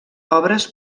obres